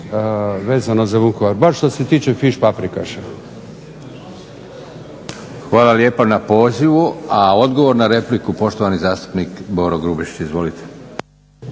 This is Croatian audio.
vezano za Vukovar, bar što se tiče fiš paprikaša. **Leko, Josip (SDP)** Hvala lijepa na pozivu. A odgovor na repliku poštovani zastupnik Boro Grubišić.